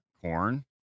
corn